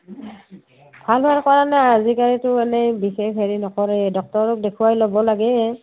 ভাল ভাল কৰাই লোৱা আজিকালিতো এনেই বিশেষ হেৰি নকৰে ডক্টৰক দেখুৱাই ল'ব লাগে